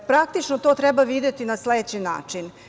Praktično, to treba videti na sledeći način.